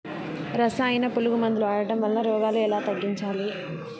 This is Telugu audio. రసాయన పులుగు మందులు వాడడం వలన రోగాలు ఎలా తగ్గించాలి?